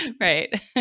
Right